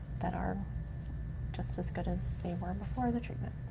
that are just as good as they were before the treatment.